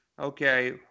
okay